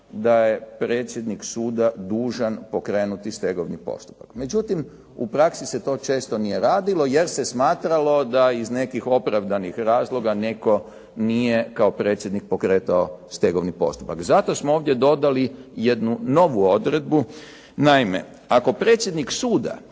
da je predsjednik suda dužan pokrenuti stegovni postupak. Međutim, u praksi se to često nije radilo jer se smatralo da iz nekih opravdanih razloga netko nije kao predsjednik pokretao stegovni postupak. Zato smo ovdje dodali jednu novu odredbu. Naime, ako predsjednik suda